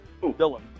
Dylan